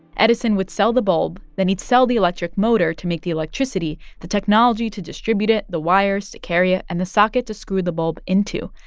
edison would sell the bulb. then he'd sell the electric motor to make the electricity, the technology to distribute it, the wires to carry it and the socket to screw the bulb into.